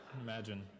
Imagine